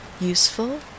useful